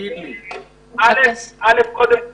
קודם כל,